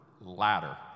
ladder